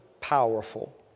powerful